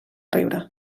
riure